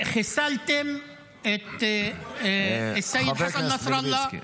חיסלתם את סייד חסן נסראללה